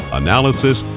analysis